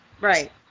Right